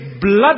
blood